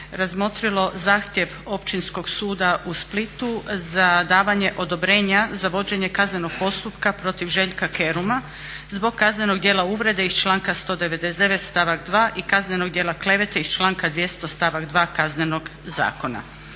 razmotrilo zahtjev Općinskog suda u Splitu za davanje odobrenja za vođenje kaznenog postupka protiv Željka Keruma zbog kaznenog djela uvrede iz članka 199.stavak 2.i kaznenog djela klevete iz članka 200. stavak 2. Kaznenog zakona.